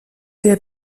der